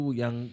yang